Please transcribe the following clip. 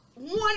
One